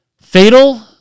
fatal